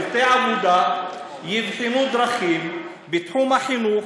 צוותי עבודה יבחנו דרכים בתחום החינוך,